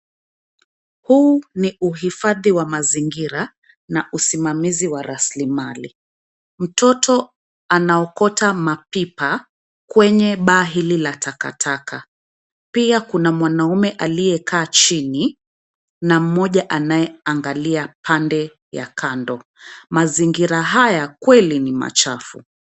Huu ni uhifadhi wa mazingira na usimamizi wa rasilimali. Mtoto anaokota mapipa kwenye baa hili la takataka. Pia kuna mwanaume aliyekaa chini na mmoja anayeangalia pande ya kando. Mazingira haya kweli ni machafu.